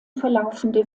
verlaufende